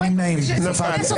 נפל.